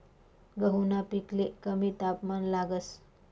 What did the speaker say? गहूना पिकले कमी तापमान लागस